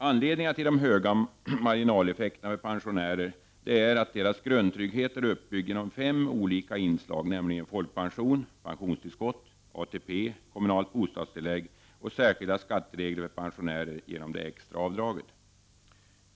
Anledningarna till de höga marginaleffekterna för pensionärer är att deras grundtrygghet är uppbyggd genom fem olika inslag, nämligen folkpension, pensionstillskott, ATP, kommunalt bostadstillägg och särskilda skatteregler för pensionärer genom det extra avdraget.